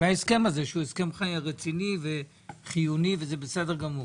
מההסכם הזה שהוא הסכם רציני וחיוני וזה בסדר גמור.